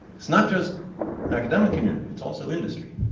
it's not just academic community, it's also industry.